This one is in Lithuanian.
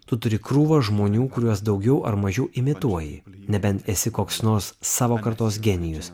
tu turi krūvą žmonių kuriuos daugiau ar mažiau imituoji nebent esi koks nors savo kartos genijus